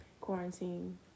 quarantine